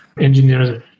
Engineers